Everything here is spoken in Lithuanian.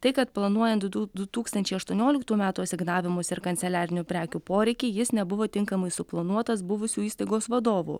tai kad planuojant du tū du tūkstančiai aštuonioliktų metų asignavimus ir kanceliarinių prekių poreikį jis nebuvo tinkamai suplanuotas buvusių įstaigos vadovų